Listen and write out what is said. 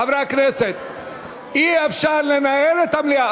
חברי הכנסת, אי-אפשר לנהל את המליאה.